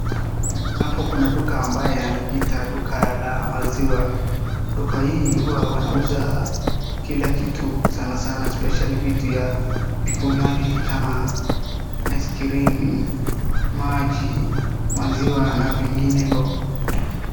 Hapa kuna duka ambapo wanajiita duka la maziwa. Duka hii huwa wanauza kila kitu sana sana especially vitu vya vinywaji kama ice cream , maji ,maziwa na vinginevyo.